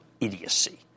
idiocy